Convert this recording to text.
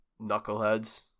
knuckleheads